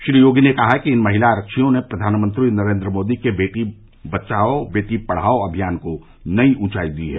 श्री योगी ने कहा कि इन महिला आरक्षियों ने प्रधानमंत्री नरेंद्र मोदी के बेटी बचाओ बेटी पढ़ाओ अभियान को नई ऊंचाई दी है